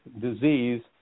disease